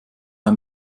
ein